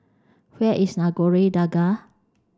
where is Nagore Dargah